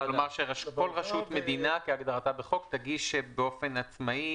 שכל רשות מדינה כהגדרתה בחוק תגיש באופן עצמאי